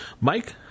Mike